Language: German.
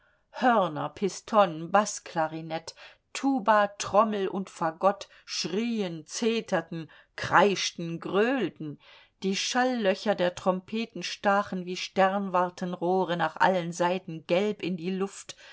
hörner piston baßklarinett tuba trommel und fagott schrieen zeterten kreischten gröhlten die schallöcher der trompeten stachen wie sternwartenrohre nach allen seiten gelb in die luft